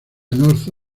north